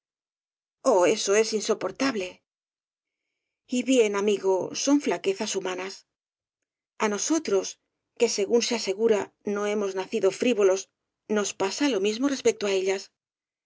oh eso es insoportable y bien amigo son flaquezas humanas a nosotros que según se asegura no hemos nacido frivolos nos pasa lo mismo respecto de ellas